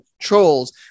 trolls